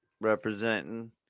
representing